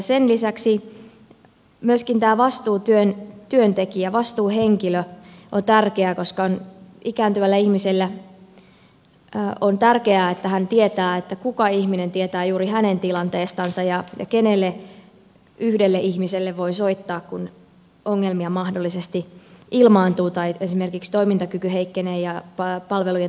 sen lisäksi myöskin tämä vastuutyöntekijä vastuuhenkilö on tärkeä koska ikääntyvälle ihmiselle on tärkeää että hän tietää kuka ihminen tietää juuri hänen tilanteestaan ja kenelle yhdelle ihmiselle voi soittaa kun ongelmia mahdollisesti ilmaantuu tai esimerkiksi toimintakyky heikkenee ja palvelujen tarve kasvaa